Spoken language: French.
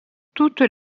toutes